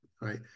right